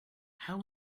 how